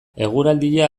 eguraldia